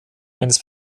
eines